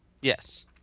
Yes